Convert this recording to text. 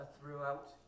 throughout